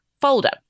folder